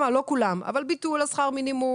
ביטול שכר מינימום,